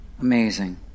Amazing